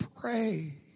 pray